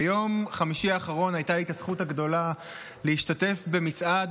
ביום חמישי האחרון הייתה לי הזכות הגדולה להשתתף במצעד